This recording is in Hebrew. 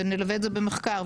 ונלווה את זה במחקר,